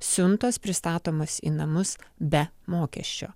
siuntos pristatomos į namus be mokesčio